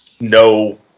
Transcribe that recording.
no